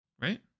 Right